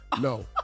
No